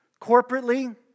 corporately